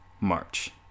March